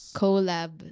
collab